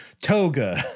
Toga